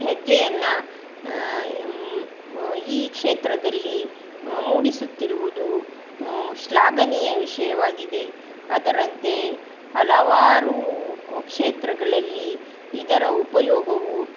ಹೆಜ್ಜೆಯನ್ನು ಈ ಕ್ಷೇತ್ರದಲ್ಲಿ ಮೂಡಿಸುತ್ತಿರುವುದು ಶ್ಲಾಘನೀಯ ವಿಷಯವಾಗಿದೆ ಅದರಂತೆಯೇ ಹಲವಾರು ಕ್ಷೇತ್ರಗಳಲ್ಲಿ ಇದರ ಉಪಯೋಗವು